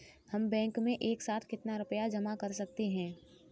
हम बैंक में एक साथ कितना रुपया जमा कर सकते हैं?